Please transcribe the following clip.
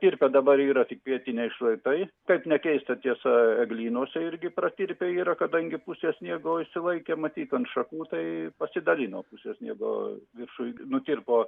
pratirpę dabar yra tik pietiniai šlaitai kaip ne keista tiesa eglynuose irgi pratirpę yra kadangi pusė sniego išsilaikė matyt ant šakų tai pasidalino pusė sniego viršuj nutirpo